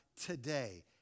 today